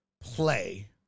play